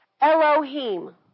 Elohim